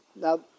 Now